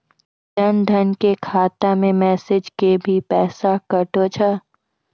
जन धन के खाता मैं मैसेज के भी पैसा कतो छ?